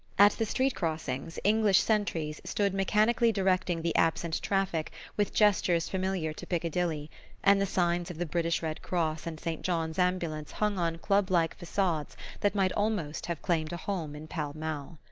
at the street crossings english sentries stood mechanically directing the absent traffic with gestures familiar to piccadilly and the signs of the british red cross and st. john's ambulance hung on club-like facades that might almost have claimed a home in pall mall.